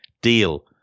deal